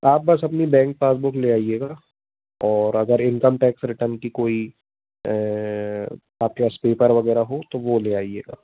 आप बस अपनी बैंक पासबुक ले आइएगा और अगर इंकम टैक्स रिटर्न की कोई आपके पास पेपर वग़ैरह हो तो वो ले आइएगा